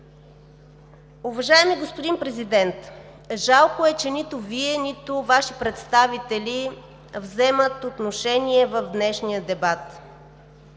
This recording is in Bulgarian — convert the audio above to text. Уважаеми господин Президент, жалко е, че нито Вие, нито Ваши представители взимат отношение в днешния дебат.